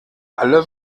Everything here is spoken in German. alle